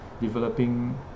developing